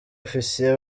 ofisiye